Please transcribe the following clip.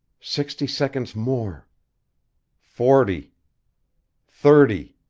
sixty seconds more forty thirty!